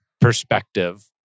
perspective